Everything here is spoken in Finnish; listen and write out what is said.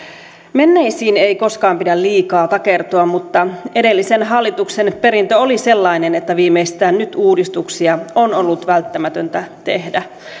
menneisiin ei koskaan pidä liikaa takertua mutta edellisen hallituksen perintö oli sellainen että viimeistään nyt uudistuksia on ollut välttämätöntä tehdä